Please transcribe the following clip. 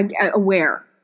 aware